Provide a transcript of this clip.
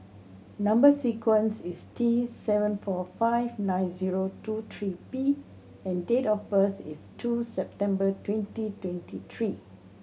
number sequence is T seven four five nine zero two three P and date of birth is two September twenty twenty three